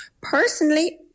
Personally